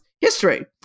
history